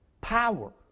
power